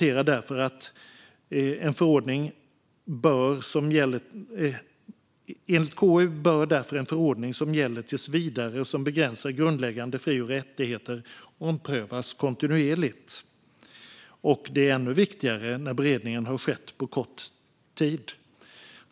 Enligt KU bör en förordning som gäller tills vidare och som begränsar grundläggande fri och rättigheter omprövas kontinuerligt. Det är ännu viktigare när beredningen har skett på kort tid.